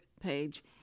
page